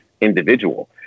individual